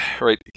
right